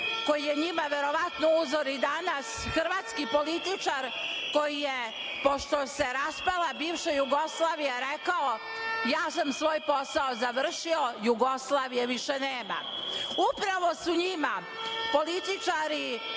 koji je njima verovatno uzor i danas, hrvatski političar koji je pošto se raspala bivša Jugoslavija rekao: „ja sam svoj posao završio, Jugoslavije više nema“. Upravo su njima političari